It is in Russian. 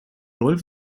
роль